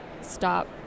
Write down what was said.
stop